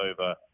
over